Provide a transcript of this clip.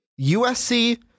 USC